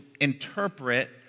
interpret